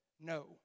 no